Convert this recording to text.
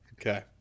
Okay